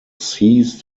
seized